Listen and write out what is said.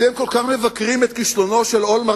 אתם כל כך מבקרים את הכישלון של אולמרט